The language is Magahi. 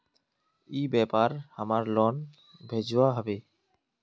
ई व्यापार हमार लोन भेजुआ हभे?